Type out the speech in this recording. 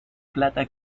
plata